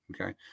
Okay